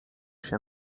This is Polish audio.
się